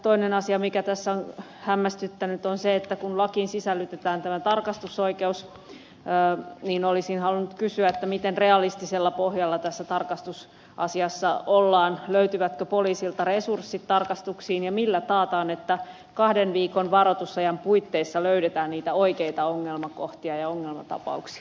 toinen asia mikä tässä on hämmästyttänyt on se että kun lakiin sisällytetään tämä tarkastusoikeus niin olisin halunnut kysyä miten realistisella pohjalla tässä tarkastusasiassa ollaan ja löytyvätkö poliisilta resurssit tarkastuksiin ja millä taataan että kahden viikon varoitusajan puitteissa löydetään niitä oikeita ongelmakohtia ja ongelmatapauksia